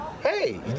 Hey